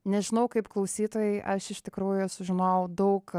nežinau kaip klausytojai aš iš tikrųjų sužinojau daug